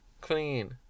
clean